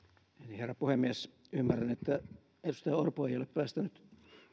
herra puhemies ymmärrän että edustaja orpo ei ei ole päästänyt